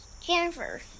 Jennifer